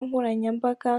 nkoranyambaga